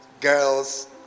girls